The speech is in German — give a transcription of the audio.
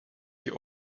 die